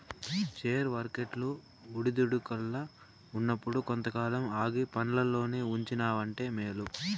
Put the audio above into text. share వర్కెట్లు ఒడిదుడుకుల్ల ఉన్నప్పుడు కొంతకాలం ఆగి పండ్లల్లోనే ఉంచినావంటే మేలు